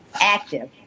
active